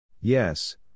Yes